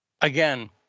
again